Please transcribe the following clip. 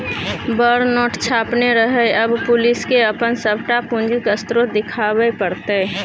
बड़ नोट छापने रहय आब पुलिसकेँ अपन सभटा पूंजीक स्रोत देखाबे पड़तै